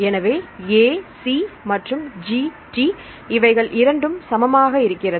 எனவே A C மற்றும் G T இவைகள் இரண்டும் சமமாக இருக்கிறது